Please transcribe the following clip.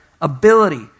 ability